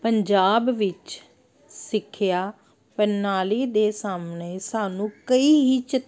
ਪੰਜਾਬ ਵਿੱਚ ਸਿੱਖਿਆ ਪ੍ਰਣਾਲੀ ਦੇ ਸਾਹਮਣੇ ਸਾਨੂੰ ਕਈ ਹੀ ਚਿੱਤ